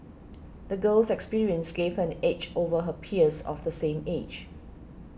the girl's experiences gave her an edge over her peers of the same age